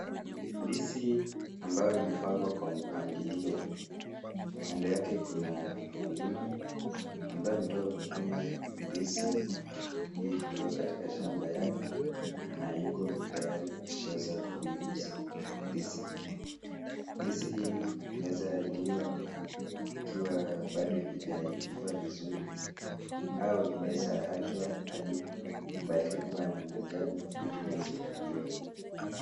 Ndizi ambayo imepangwa kwa mpangilio, kando yake kuna mkulima ambaye ametoka kuvuna ndizi hii kutoka katika shamba yake na yuko tayari kuweza kuiuza ndizi hii. Ndizi hii inaweza liwa ikiwa bado hijaiva vizuri au inaweza achwa hadi ibadili kuwa manjano ili iweze kuliwa.